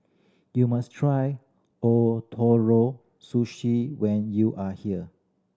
you must try Ootoro Sushi when you are here